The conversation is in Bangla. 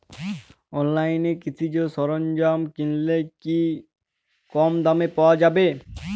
অনলাইনে কৃষিজ সরজ্ঞাম কিনলে কি কমদামে পাওয়া যাবে?